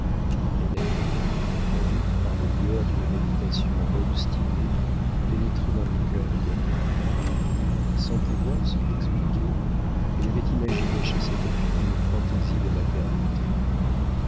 elle avait conduite par les lueurs d'une méditation obstinée pénétré dans le cœur de camille et sans pouvoir se l'expliquer elle avait imaginé chez cette fille une fantaisie de maternité